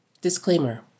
Disclaimer